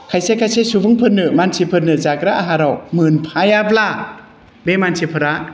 खायसे खायसे सुबुंफोरनो मानसिफोरनो जाग्रा आहाराव मोनफायाब्ला बे मानसिफोरा